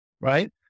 Right